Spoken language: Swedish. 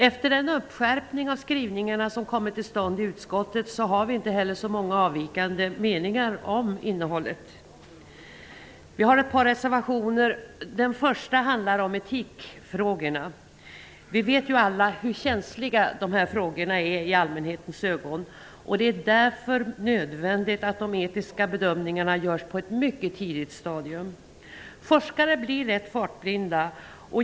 Efter en uppskärpning av skrivningarna i utskottet har vi inte så många avvikande meningar om innehållet. Vi har fogat tre reservationer till betänkandet. Vår första reservation handlar om etikfrågorna. Vi vet ju alla hur känsliga dessa frågor är i allmänhetens ögon, och det är därför nödvändigt att de etiska bedömningarna görs på ett mycket tidigt stadium. Forskare blir lätt fartblinda.